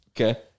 Okay